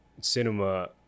cinema